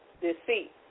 deceit